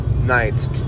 night